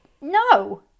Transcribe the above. No